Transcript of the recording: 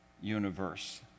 universe